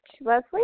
Leslie